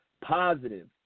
positive